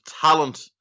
talent